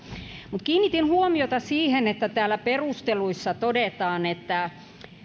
mutta kiinnitin huomiota siihen että täällä perusteluissa todetaan että